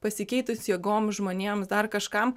pasikeitus jėgom žmonėms dar kažkam